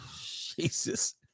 Jesus